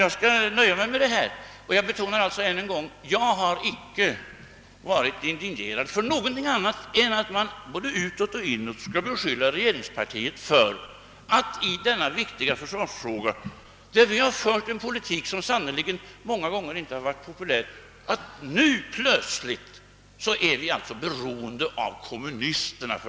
Jag skall nöja mig med detta och bara ännu en gång betona att jag inte varit indignerad över någonting annat än att man både utåt och inåt beskyller regeringspartiet för att i denna viktiga fråga — trots att vi fört en politik som många gånger sannerligen inte varit populär — plötsligt vara beroende av kommunisterna.